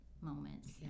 moments